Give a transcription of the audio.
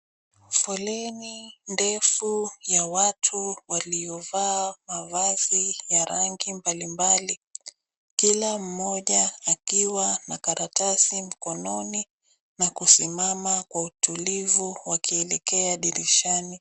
Foleni ndefu ya watu waliovaa mavazi ya rangi mbalimbali, kila mmoja akiwa na karatasi mkononi na kusimama kwa utulivu wakielekea dirishani.